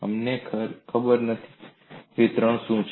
અમને ખબર નથી વિતરણ શું છે